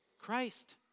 Christ